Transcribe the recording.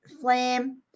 flame